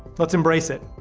let's embrace it.